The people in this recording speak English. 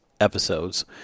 episodes